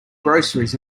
groceries